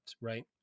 right